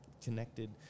connected